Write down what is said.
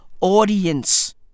audience